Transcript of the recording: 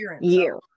year